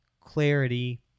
clarity